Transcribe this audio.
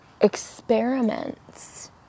experiments